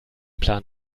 plan